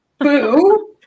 Boo